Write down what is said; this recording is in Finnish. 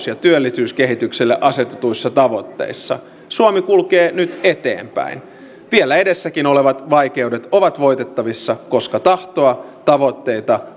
ja työllisyyskehitykselle asetetuissa tavoitteissa suomi kulkee nyt eteenpäin vielä edessäkin olevat vaikeudet ovat voitettavissa koska tahtoa tavoitteita